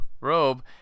robe